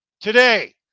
Today